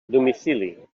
domicili